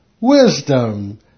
wisdom